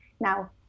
now